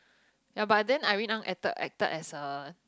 ya but then Irene-Ang acted as a